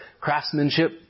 craftsmanship